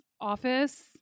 office